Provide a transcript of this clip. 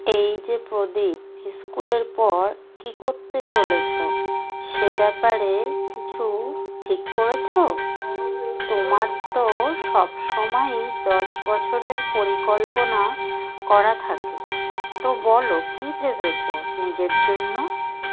এই যে প্রদীপ ইস্কুলের পর কী করতে চলেছ সে ব্যাপারে কিছু ঠিক করেছ তোমার তো সবসময়ই দশ বছরের পরিকল্পনা করা থাকে তো বলো কী ভেবেছ নিজের জন্য